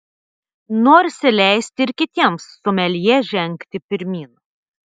norisi leisti ir kitiems someljė žengti pirmyn